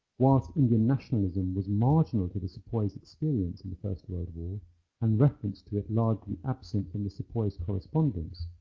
whilst indian nationalism was marginal to the sepoys experience in the first world war and reference to it largely absent from the sepoys correspondence,